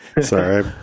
Sorry